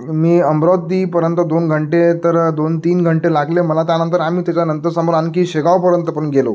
मी अमरावतीपर्यंत दोन घंटे तर दोन तीन घंटे लागले मला त्यानंतर आम्ही त्याच्या नंतर समोर आणखी शेगावपर्यंत पण गेलो